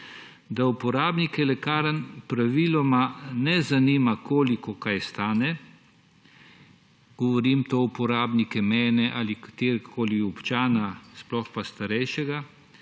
uporabnike lekarn praviloma ne zanima, koliko kaj stane, govorim za uporabnike, mene ali kateregakoli občana, sploh pa starejšega.